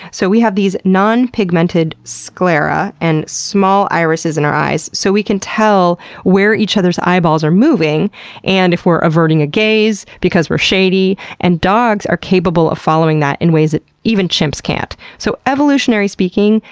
so we have these non-pigmented sclerae ah and small irises in our eyes so we can tell where each other's eyeballs are moving and if we're averting a gaze because we're shady. and dogs are capable of following that in ways that even chimps can't. so evolutionary speaking,